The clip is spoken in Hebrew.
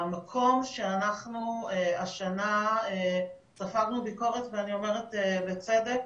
המקום שאנחנו השנה ספגנו ביקורת, ואני אומרת בצדק,